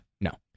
no